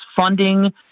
funding